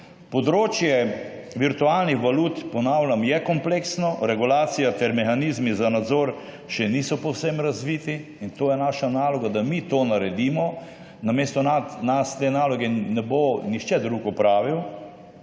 Področje virtualnih valut, ponavljam, je kompleksno, regulacija ter mehanizmi za nadzor še niso povsem razviti. In to je naša naloga – da mi to naredimo. Namesto nas te naloge ne bo nihče drug opravil.